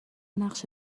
نقش